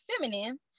feminine